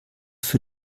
für